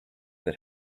that